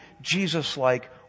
Jesus-like